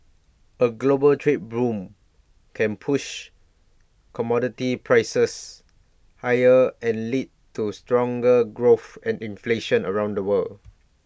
A global trade boom can push commodity prices higher and lead to stronger growth and inflation around the world